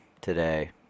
today